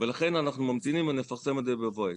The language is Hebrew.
ולכן אנחנו ממתינים ונפרסם את זה בבוא העת.